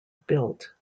built